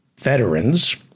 veterans